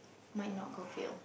might not go fail